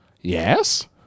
Yes